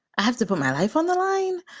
i have to put my life on the line.